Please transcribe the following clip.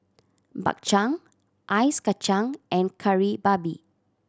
Bak Chang ice kacang and Kari Babi